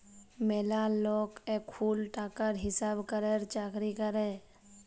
ম্যালা লক এখুল টাকার হিসাব ক্যরের চাকরি ক্যরে